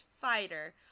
fighter